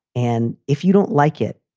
and if you don't like it,